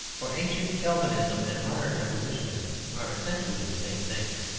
for ancient calvinism and modern evolutionism are essentially the same things.